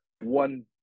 one